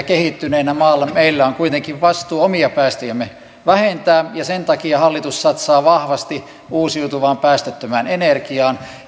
kehittyneenä maana meillä on kuitenkin vastuu omia päästöjämme vähentää ja sen takia hallitus satsaa vahvasti uusiutuvaan päästöttömään energiaan